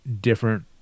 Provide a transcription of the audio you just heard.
different